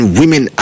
women